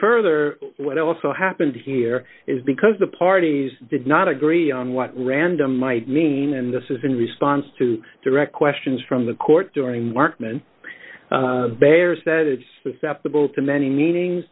further what also happened here is because the parties did not agree on what random might mean and this is in response to direct questions from the court during markman bear said it's susceptible to many meanings